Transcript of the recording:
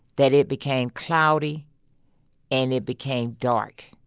that it became cloudy and it became dark